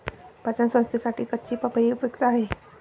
पचन संस्थेसाठी कच्ची पपई उपयुक्त आहे